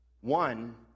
One